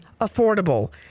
affordable